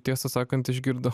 tiesą sakant išgirdo